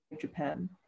Japan